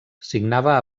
signava